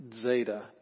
Zeta